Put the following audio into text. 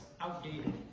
outdated